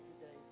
today